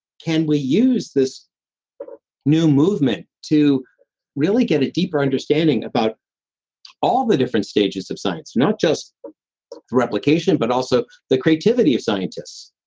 can we use this new movement to really get a deeper understanding about all the different stages of science, not just through replication, but also the creativity of scientists.